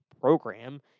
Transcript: program